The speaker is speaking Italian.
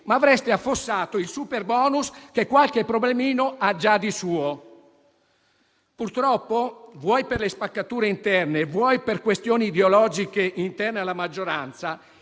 ma avreste affossato anche il superbonus che qualche problemino ha già di suo. Purtroppo, vuoi per le spaccature interne, vuoi per questioni ideologiche interne alla maggioranza,